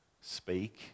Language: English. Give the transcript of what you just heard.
speak